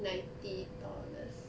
ninety dollars